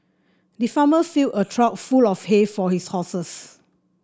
the farmer filled a trough full of hay for his horses